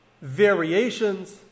variations